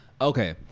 Okay